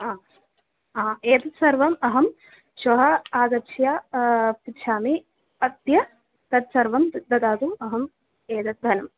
हा हा एतत् सर्वम् अहं श्वः आगच्छ पृच्छामि अत्य तत्सर्वं ददातु अहम् एतद् धनम्